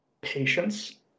patience